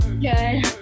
Good